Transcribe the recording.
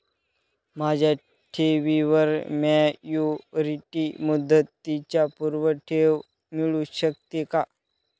माझ्या ठेवीवर मॅच्युरिटी मुदतीच्या पूर्वी ठेव मिळू शकते का?